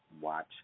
watch